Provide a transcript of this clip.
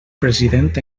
president